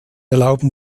erlauben